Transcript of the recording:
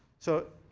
so